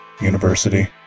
university